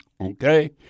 Okay